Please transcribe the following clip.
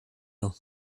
nhw